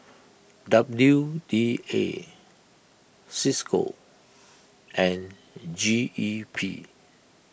W D A Cisco and G E P